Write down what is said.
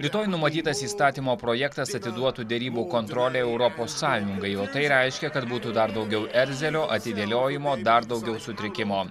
rytoj numatytas įstatymo projektas atiduotų derybų kontrolę europos sąjungai o tai reiškia kad būtų dar daugiau erzelio atidėliojimo dar daugiau sutrikimo